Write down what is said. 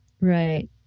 right